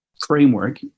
framework